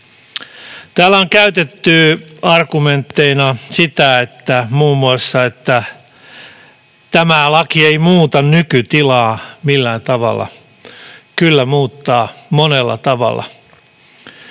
Täällä on käytetty argumenttina muun muassa sitä, että tämä laki ei muuta nykytilaa millään tavalla. Kyllä muuttaa, monella tavalla.